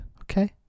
Okay